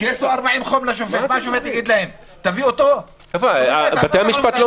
עוד משהו שאותי מאוד מטריד - דיוני הטלפון,